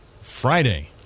Friday